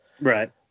Right